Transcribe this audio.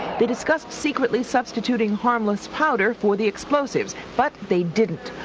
they discussed secretly substituting harmless powder for the explosives, but they didn't,